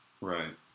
Right